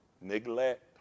Neglect